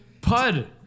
Pud